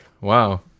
wow